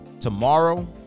tomorrow